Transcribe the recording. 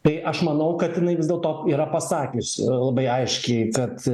tai aš manau kad jinai vis dėlto yra pasakiusi labai aiškiai kad